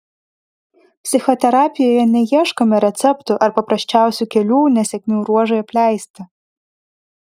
psichoterapijoje neieškome receptų ar paprasčiausių kelių nesėkmių ruožui apleisti